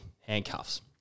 handcuffs